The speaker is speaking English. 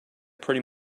pretty